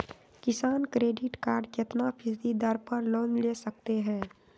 किसान credit card कितना फीसदी दर पर लोन ले सकते हैं?